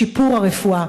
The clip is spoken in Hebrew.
שיפור הרפואה?